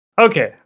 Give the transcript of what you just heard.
okay